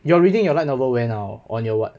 you are reading your light novel where now on your what